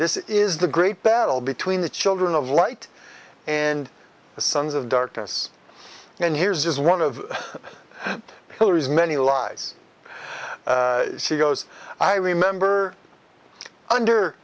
this is the great battle between the children of light and the sons of darkness and here's one of hillary's many lies she goes i remember under